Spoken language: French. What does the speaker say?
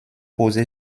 posé